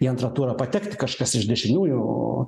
į antrą turą patekti kažkas iš dešiniųjų